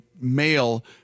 male